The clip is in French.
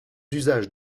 usages